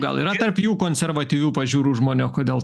gal yra tarp jų konservatyvių pažiūrų žmonių o kodėl